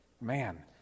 man